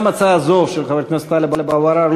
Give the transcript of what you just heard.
של חבר הכנסת טלב אבו עראר,